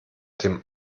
dem